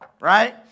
Right